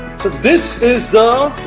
this is the